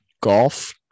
golf